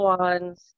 ones